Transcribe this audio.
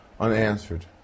unanswered